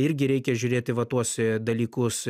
irgi reikia žiūrėti va tuos dalykus